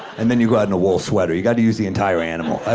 and then you go out in a wool sweater. you gotta use the entire animal. ah